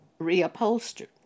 reupholstered